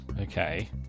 Okay